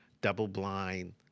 double-blind